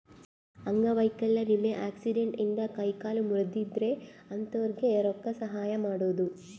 ಅಂಗವೈಕಲ್ಯ ವಿಮೆ ಆಕ್ಸಿಡೆಂಟ್ ಇಂದ ಕೈ ಕಾಲು ಮುರ್ದಿದ್ರೆ ಅಂತೊರ್ಗೆ ರೊಕ್ಕ ಸಹಾಯ ಮಾಡೋದು